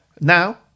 Now